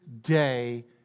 day